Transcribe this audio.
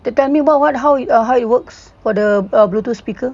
to tell me what how how it uh how it works for the uh bluetooth speaker